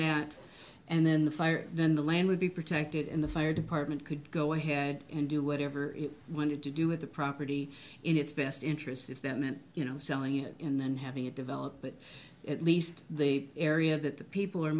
that and then the fire then the land would be protected and the fire department could go ahead and do whatever it wanted to do with the property in its best interests if that meant you know selling it and then having it develop but at least the area that the people are